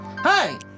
Hi